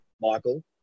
Michael